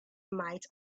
might